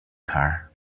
car